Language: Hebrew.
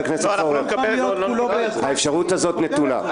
לא, אנחנו לא נקבל את זה -- האפשרות הזאת נתונה.